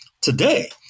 today